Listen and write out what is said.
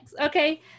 okay